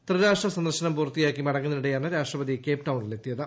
ത്രിരാഷ്ട്ര സന്ദർശനം പൂർത്തിയാക്കി മടങ്ങുന്നതി നിടെയാണ് രാഷ്ട്രപതി കേപ്ടൌണിൽ എത്തിയത്